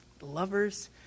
Lovers